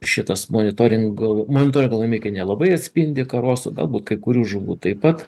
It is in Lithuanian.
šitas monitoringo laimikiai nelabai atspindi karosų galbūt kai kurių žuvų taip pat